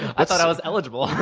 i thought i was eligible.